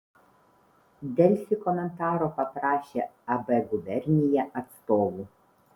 delfi komentaro paprašė ab gubernija atstovų